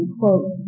quote